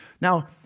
Now